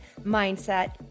mindset